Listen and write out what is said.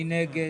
מי נגד?